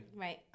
Right